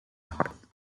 heart